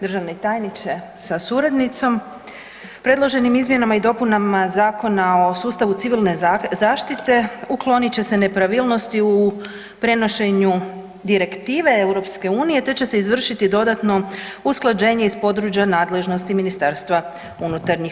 Državni tajniče sa suradnicom, predloženim izmjenama i dopunama Zakona o sustavu civilne zaštite uklonit će se nepravilnosti u prenošenju direktive EU te će se izvršiti dodatno usklađenje iz područja nadležnosti MUP-a.